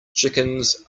chickens